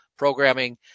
Programming